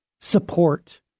support